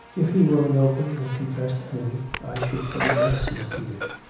if he were an open and confessed enemy, i should fear it less, he repeated.